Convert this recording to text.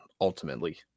ultimately